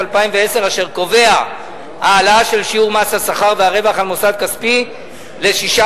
אשר קובע העלאה של שיעור מס השכר והרווח על מוסד כספי ל-16.5%.